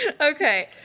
Okay